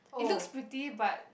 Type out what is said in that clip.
it looks pretty but